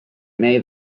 may